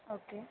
okay